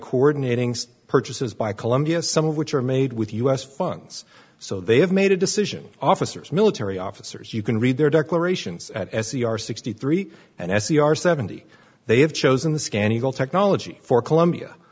coordinating purchases by colombia some of which are made with u s funds so they have made a decision officers military officers you can read their declarations at s e r sixty three and s e r seventy they have chosen the scan eagle technology for colombia